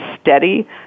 steady